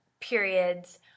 periods